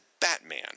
Batman